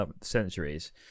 Centuries